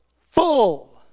full